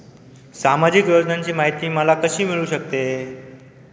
सामाजिक योजनांची माहिती मला कशी मिळू शकते?